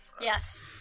yes